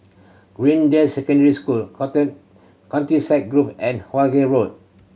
Greendale Secondary School Countryside Grove and Hawkinge Road